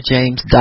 James